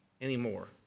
anymore